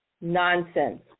nonsense